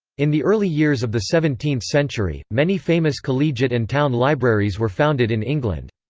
in the early years of the seventeenth century, many famous collegiate and town libraries were founded in england.